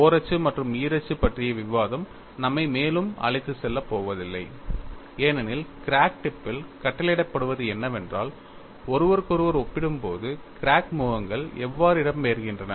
ஓரச்சு மற்றும் ஈரச்சு பற்றிய விவாதம் நம்மை மேலும் அழைத்துச் செல்லப் போவதில்லை ஏனெனில் கிராக் டிப்பில் கட்டளையிடப்படுவது என்னவென்றால் ஒருவருக்கொருவர் ஒப்பிடும்போது கிராக் முகங்கள் எவ்வாறு இடம்பெயர்கின்றன